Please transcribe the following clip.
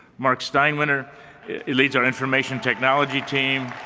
mark steintinter leads our information technology team.